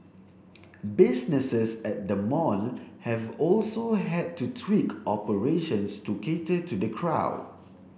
businesses at the mall have also had to tweak operations to cater to the crowd